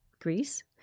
Greece